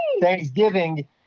Thanksgiving